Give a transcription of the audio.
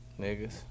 Niggas